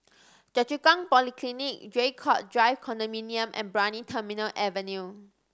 Choa Chu Kang Polyclinic Draycott Drive Condominium and Brani Terminal Avenue